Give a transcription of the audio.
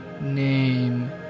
name